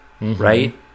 right